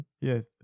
Yes